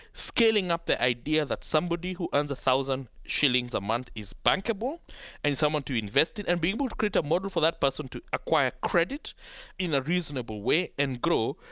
scaling up the idea that somebody who earns a thousand shillings a month is bankable and someone to invest in and be able to create a model for that person to acquire credit in a reasonable way and grow,